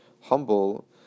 humble